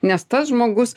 nes tas žmogus